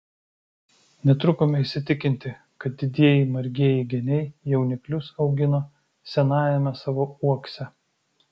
netrukome įsitikinti kad didieji margieji geniai jauniklius augino senajame savo uokse